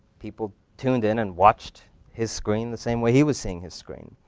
people tuned in and watched his screen the same way he was seeing his screen.